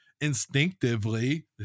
instinctively